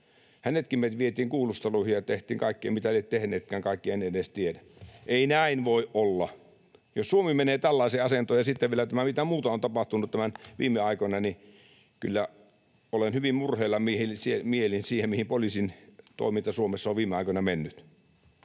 Hänetkin vietiin kuulusteluihin, ja mitä lie tehneetkään, kaikkea en edes tiedä. Ei näin voi olla. Jos Suomi menee tällaiseen asentoon — ja sitten vielä tämä, mitä muuta on tapahtunut viime aikoina — niin kyllä olen hyvin murheella mielin siitä, mihin poliisitoiminta Suomessa on viime aikoina mennyt.